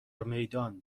میدان